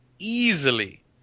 easily